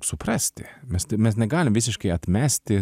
suprasti mes tai mes negalim visiškai atmesti